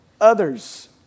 others